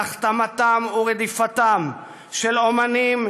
על הכתמתם ורדיפתם של אמנים,